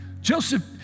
Joseph